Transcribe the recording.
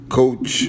coach